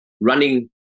running